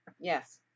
yes